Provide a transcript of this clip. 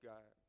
God